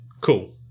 cool